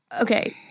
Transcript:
Okay